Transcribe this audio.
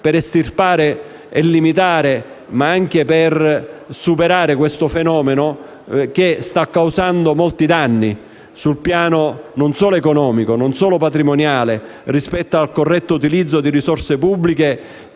per estirpare, limitare ma anche superare questo fenomeno, che sta causando molti danni, soprattutto sul piano economico e patrimoniale rispetto al corretto utilizzo di risorse pubbliche,